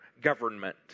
government